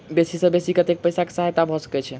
बेसी सऽ बेसी कतै पैसा केँ सहायता भऽ सकय छै?